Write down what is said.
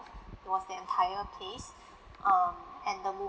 it was the entire place um and the move